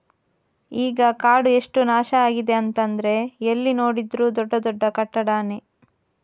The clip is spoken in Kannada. ಈಗ ಕಾಡು ಎಷ್ಟು ನಾಶ ಆಗಿದೆ ಅಂತಂದ್ರೆ ಎಲ್ಲಿ ನೋಡಿದ್ರೂ ದೊಡ್ಡ ದೊಡ್ಡ ಕಟ್ಟಡಾನೇ